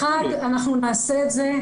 אנחנו נעשה את זה,